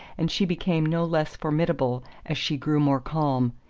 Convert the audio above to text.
and she became no less formidable as she grew more calm.